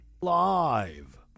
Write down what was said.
live